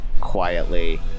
quietly